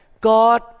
God